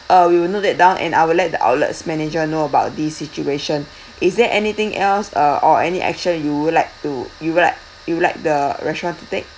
uh we will note that down and I will let the outlet's manager know about this situation is there anything else uh or any action you would like to you would like you'd like the restaurant to take